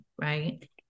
right